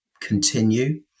continue